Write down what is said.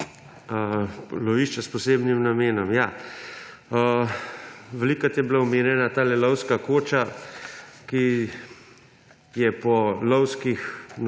lovišče s posebnim namenom. Velikokrat je bila omenjena lovska koča, ki je po lovskih